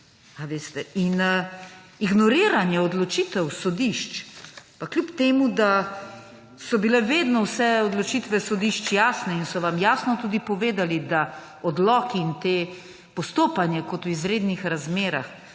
Ignoriranje odločitev sodišč, pa kljub temu da so bile vedno vse odločitve sodišč jasne in so vam jasno tudi povedali, da odloki in ta postopanja kot v izrednih razmerah